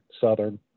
Southern